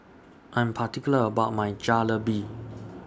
I Am particular about My Jalebi